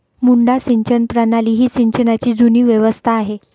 मुड्डा सिंचन प्रणाली ही सिंचनाची जुनी व्यवस्था आहे